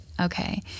okay